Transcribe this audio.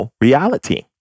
reality